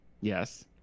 yes